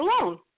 alone